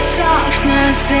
softness